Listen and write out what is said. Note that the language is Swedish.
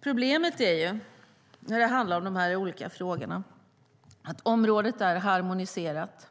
Problemet är, när det handlar om de här frågorna, att området är harmoniserat